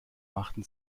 machten